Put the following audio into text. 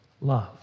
love